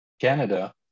Canada